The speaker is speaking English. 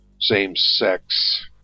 same-sex